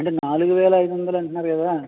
అంటే నాలుగువేల ఐదు వందలు అంటున్నారు కదా